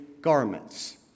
garments